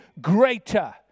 greater